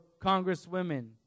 congresswomen